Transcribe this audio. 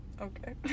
Okay